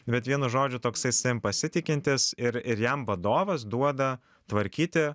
bet vienu žodžiu toksai savim pasitikintis ir ir jam vadovas duoda tvarkyti